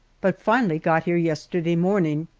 but finally got here yesterday morning.